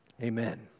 amen